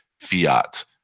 fiat